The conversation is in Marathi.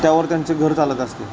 त्यावर त्यांचे घर चालत असते